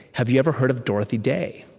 have you ever heard of dorothy day?